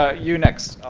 ah you next.